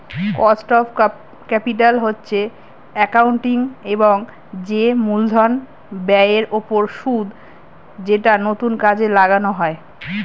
cost of capital হচ্ছে accounting এর যে মূলধন ব্যয়ের ওপর সুদ যেটা নতুন কাজে লাগানো হয়